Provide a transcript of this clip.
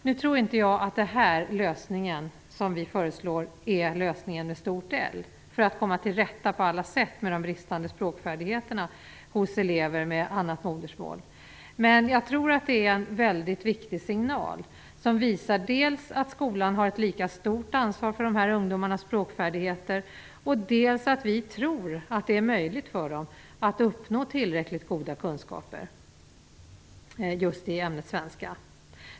Nu tror inte jag att den lösning som vi föreslår är lösningen med stort L för att på alla sätt komma till rätta med de bristande språkfärdigheterna hos elever med annat modersmål. Men jag tror att det är en mycket viktig signal som visar dels att skolan har ett lika stort ansvar för dessa ungdomars språkfärdigheter, dels att vi tror att det är möjligt för dem att uppnå tillräckligt goda kunskaper just i ämnet svenska.